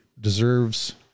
deserves